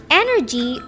energy